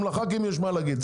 גם לח"כים יש מה להגיד.